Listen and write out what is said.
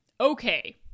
okay